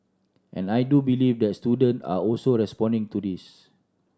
and I do believe the student are also responding to this